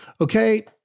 Okay